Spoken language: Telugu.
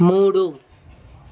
మూడు